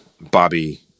bobby